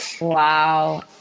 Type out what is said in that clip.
Wow